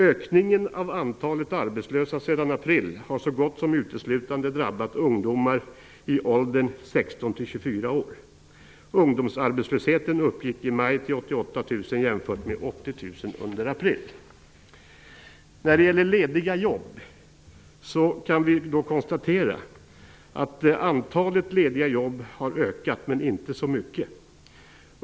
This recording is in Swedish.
Ökningen av antalet arbetslösa sedan april har så gott som uteslutande drabbat ungdomar i åldern Vi kan konstatera att antalet lediga jobb har ökat, men inte så mycket.